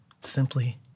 Simply